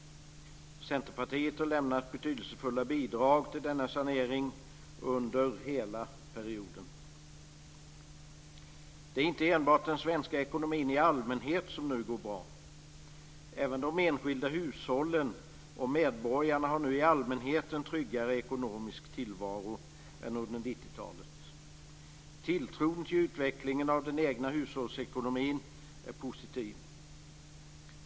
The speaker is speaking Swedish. Centerpartiet har lämnat betydelsefulla bidrag till denna sanering under hela perioden. Det är inte enbart den svenska ekonomin i allmänhet som nu går bra. Även de enskilda hushållen och medborgarna har nu i allmänhet en tryggare ekonomisk tillvaro än under 90-talet. Tilltron till utvecklingen av den egna hushållsekonomin är positiv.